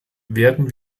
werden